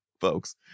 folks